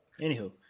Anywho